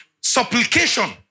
Supplication